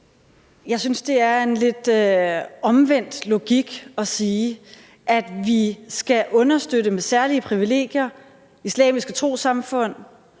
Jeg synes, det er en lidt omvendt logik at sige, at vi skal understøtte islamiske trossamfund